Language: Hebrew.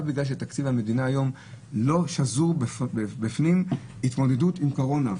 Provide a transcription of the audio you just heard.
רק בגלל שתקציב המדינה היום לא שזורה בתוכו התמודדות עם הקורונה.